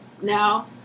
now